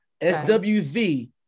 SWV